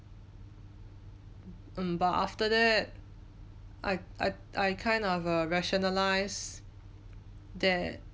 um but after that I I I kind of err rationalise that